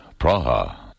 Praha